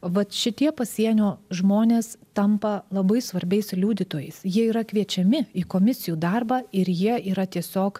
vat šitie pasienio žmonės tampa labai svarbiais liudytojais jie yra kviečiami į komisijų darbą ir jie yra tiesiog